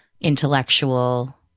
intellectual